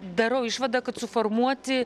darau išvadą kad suformuoti